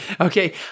Okay